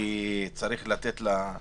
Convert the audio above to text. והיחידים כי צריך לתת להם